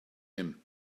him